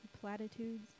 platitudes